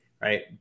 right